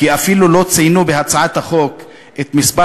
כי אפילו לא ציינו בהצעת החוק את מספר